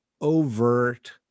overt